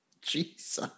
Jesus